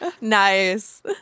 Nice